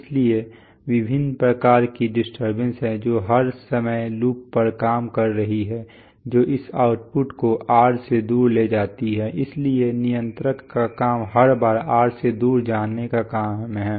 इसलिए विभिन्न प्रकार की डिस्टरबेंस हैं जो हर समय लूप पर काम कर रही हैं जो इस आउटपुट को 'r' से दूर ले जाती हैं इसलिए नियंत्रक का काम हर बार 'r' से दूर जाने का काम है